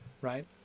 right